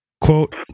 quote